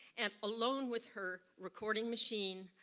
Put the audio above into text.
and alone with her recording machine,